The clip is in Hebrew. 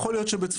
יכול להיות שבצפת,